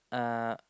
uh